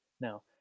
Now